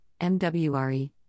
MWRE